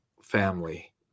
family